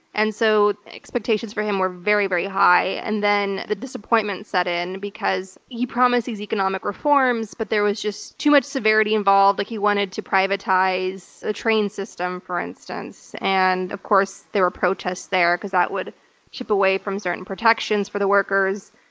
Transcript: and so, expectations for him were very, very high, and then the disappointment set in, because he promised these economic reforms, but there was just too much severity involved. like he wanted to privatize the train system, for instance, and of course there were protests there, because that would chip away from certain protections for the workers.